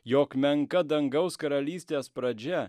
jog menka dangaus karalystės pradžia